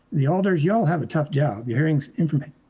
the alders y'all have a tough job. you're hearing information,